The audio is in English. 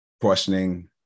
questioning